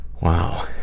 Wow